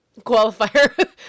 qualifier